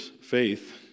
Faith